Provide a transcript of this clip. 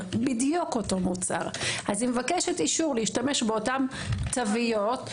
אלא בדיוק אותו מוצר היא מבקשת אישור להשתמש באותן תוויות שנתיים.